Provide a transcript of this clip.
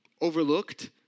overlooked